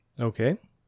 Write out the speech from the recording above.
Okay